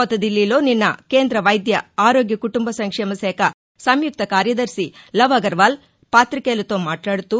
కొత్త దిల్లీలో నిన్న కేంద్ర వైద్య ఆరోగ్య కుటుంబ సంక్షేమ శాఖ సంయుక్త కార్యదర్శి లవ్ అగర్వాల్ పాతికేయులతో మాట్లాడుతూ